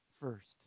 first